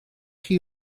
chi